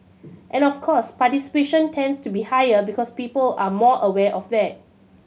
and of course participation tends to be higher because people are more aware of that